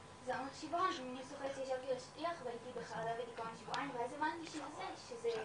הייתי בחרדה ודיכאון שבועיים ואז הבנתי שזה זה,